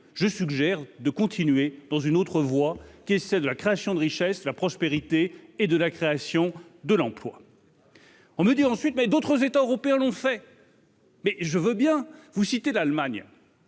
je suggère de continuer dans une autre voie qui essaie de la création de richesse, la prospérité et de la création de l'emploi. On me dit ensuite, mais d'autres états européens l'ont fait. Mais je veux bien vous citez l'Allemagne